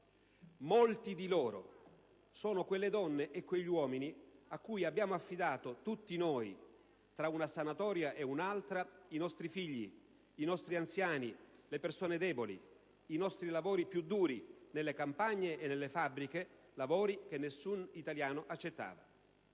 Molti di loro sono quelle donne e quegli uomini a cui abbiamo affidato tutti noi, tra una sanatoria e l'altra, i nostri figli, i nostri anziani, le persone deboli, i nostri lavori più duri nelle campagne e nelle fabbriche, lavori che nessun italiano accettava.